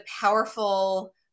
powerful